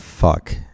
fuck